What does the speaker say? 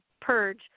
purge